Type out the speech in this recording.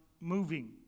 moving